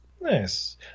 Nice